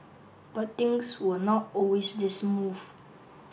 but things were not always this smooth